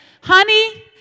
honey